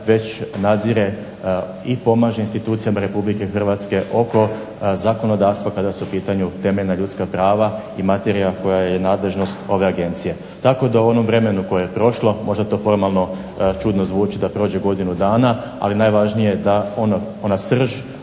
već nadzire i pomaže institucijama Republike Hrvatske oko zakonodavstva kada su u pitanju temeljna ljudska prava i materija koja je nadležnost ove agencije. Tako da u onom vremenu koje je prošlo, možda to formalno čudno zvuči da prođe godinu dana, ali najvažnije da ona srž,